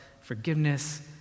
forgiveness